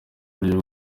uburyo